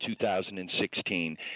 2016